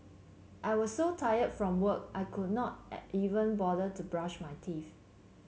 I was so tired from work I could not at even bother to brush my teeth